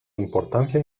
importancia